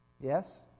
yes